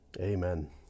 Amen